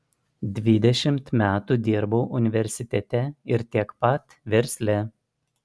dvidešimt metų dirbau universitete ir tiek pat versle